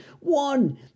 One